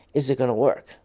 is it going to work?